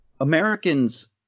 Americans